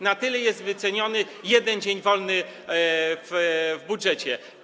Na tyle jest wyceniony jeden dzień wolny w budżecie.